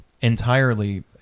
entirely